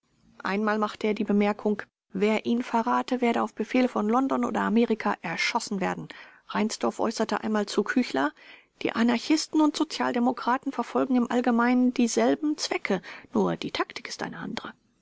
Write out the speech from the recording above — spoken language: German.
einmal machte er die bemerkung wer ihn verrate werde auf befehl von london oder amerika erschossen werden reinsdorf äußerte einmal zu küchler die anarchisten und sozialdemokraten verfolgen im allgemeinen dieselben zwecke nur die taktik ist eine andere